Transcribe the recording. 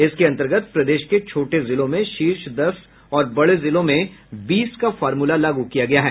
इसके अंतर्गत प्रदेश के छोटे जिलों में शीर्ष दस और बड़े जिलों में बीस का फार्मूला लागू किया गया है